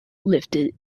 lifted